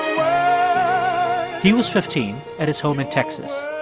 um he was fifteen at his home in texas.